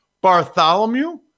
Bartholomew